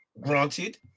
Granted